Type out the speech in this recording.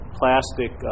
plastic